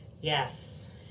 yes